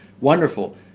wonderful